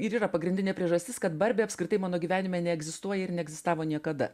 ir yra pagrindinė priežastis kad barbė apskritai mano gyvenime neegzistuoja ir neegzistavo niekada